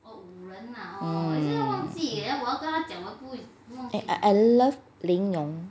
mm I I love 莲蓉